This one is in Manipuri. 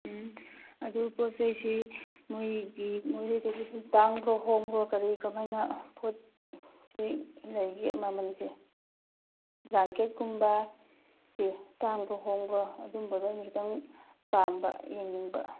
ꯎꯝ ꯑꯗꯨ ꯄꯣꯠ ꯆꯩꯁꯤ ꯃꯣꯏꯒꯤ ꯃꯣꯔꯦꯗꯗꯤ ꯇꯥꯡꯕ꯭ꯔꯣ ꯍꯣꯡꯕ꯭ꯔꯣ ꯀꯔꯤ ꯀꯃꯥꯏꯅ ꯄꯣꯠꯁꯤ ꯂꯩꯒꯦ ꯃꯃꯟꯁꯦ ꯕ꯭ꯂꯥꯡꯀꯦꯠ ꯀꯨꯝꯕꯁꯦ ꯇꯥꯡꯕ꯭ꯔꯣ ꯍꯣꯡꯕ꯭ꯔꯣ ꯑꯗꯨꯒꯨꯝꯕꯒ ꯈꯤꯇꯪ ꯄꯥꯝꯕ ꯌꯦꯡꯅꯤꯡꯕ